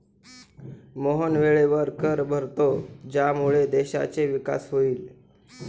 मोहन वेळेवर कर भरतो ज्यामुळे देशाचा विकास होईल